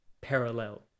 parallel